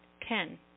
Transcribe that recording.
Ten